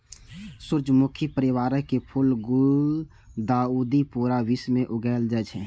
सूर्यमुखी परिवारक फूल गुलदाउदी पूरा विश्व मे उगायल जाए छै